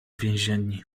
więzienni